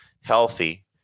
healthy